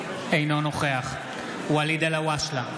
אינו נוכח ואליד אלהואשלה,